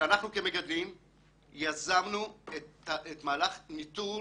שאנחנו כמגדלים יזמנו את מהלך ניטור